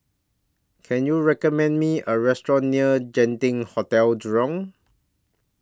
Can YOU recommend Me A Restaurant near Genting Hotel Jurong